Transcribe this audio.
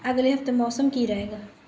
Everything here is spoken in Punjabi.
ਅਗਲੇ ਹਫ਼ਤੇ ਮੌਸਮ ਕੀ ਰਹੇਗਾ